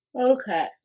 Okay